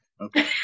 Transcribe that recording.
Okay